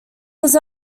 was